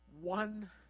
One